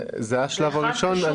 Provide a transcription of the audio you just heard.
זה השלב הראשון.